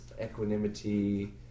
equanimity